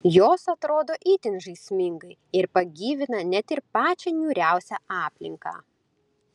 jos atrodo itin žaismingai ir pagyvina net ir pačią niūriausią aplinką